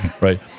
right